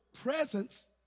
presence